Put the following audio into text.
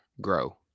grow